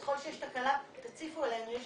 ככל שיש תקלה תציפו אלינו.